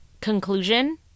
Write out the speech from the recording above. conclusion